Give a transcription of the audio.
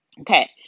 Okay